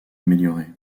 amélioré